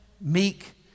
meek